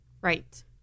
Right